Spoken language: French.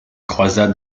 croisade